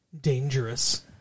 dangerous